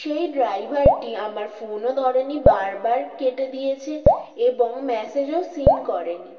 সেই ড্রাইভারটি আমার ফোনও ধরেনি বারবার কেটে দিয়েছে এবং মেসেজও সিন করেনি